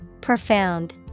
Profound